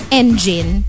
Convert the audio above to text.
engine